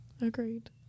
Agreed